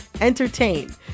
entertain